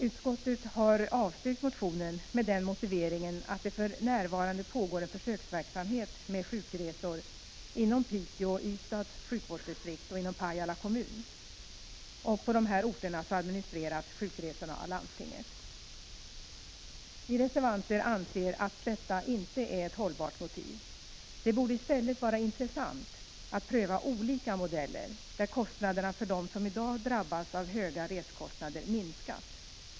Utskottet har avstyrkt motionen med den motiveringen att det för närvarande pågår en försöksverksamhet med sjukresor inom Piteå och Ystads sjukvårdsdistrikt och inom Pajala kommun. På dessa orter administreras sjukresorna av landstinget. Vi reservanter anser att detta inte är ett hållbart motiv. Det borde i stället vara intressant att pröva olika modeller, där kostnaderna för dem som i dag drabbas av höga resekostnader minskas.